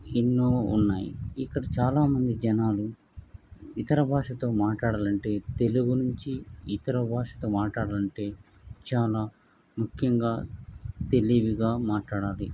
ఎన్నో ఉన్నాయి ఇక్కడ చాలామంది జనాలు ఇతర భాషతో మట్లాడాలంటే తెలుగు నుంచి ఇతర భాషతో మట్లాడాలంటే చాలా ముఖ్యంగా తెలివిగా మట్లాడాలి